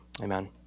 amen